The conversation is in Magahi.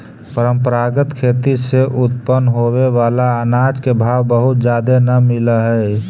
परंपरागत खेती से उत्पन्न होबे बला अनाज के भाव बहुत जादे न मिल हई